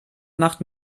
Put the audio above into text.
macht